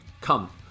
Come